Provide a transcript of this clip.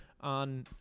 on